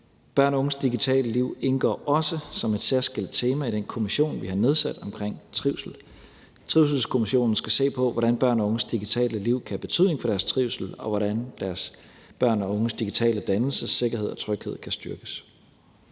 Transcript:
Børn og unges digitale liv indgår også som et særskilt tema i den kommission, vi har nedsat, omkring trivsel. Trivselskommissionen skal se på, hvordan børn og unges digitale liv kan have betydning for deres trivsel, og hvordan børn og unges digitale dannelse, sikkerhed og tryghed kan styrkes.